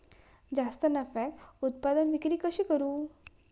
जास्त नफ्याक उत्पादन विक्री कशी करू?